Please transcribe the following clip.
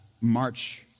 march